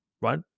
right